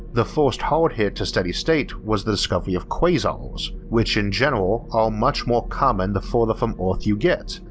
the first hard hit to steady state was the discovery of quasars, which in general are much more common the further from earth you get,